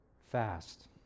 fast